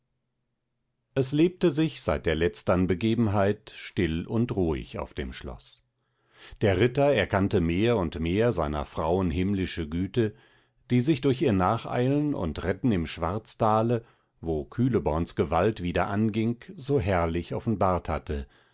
es lebte sich seit der letztern begebenheit still und ruhig auf dem schloß der ritter erkannte mehr und mehr seiner frauen himmlische güte die sich durch ihr nacheilen und retten im schwarztale wo kühleborns gewalt wieder anging so herrlich offenbart hatte